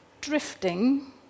drifting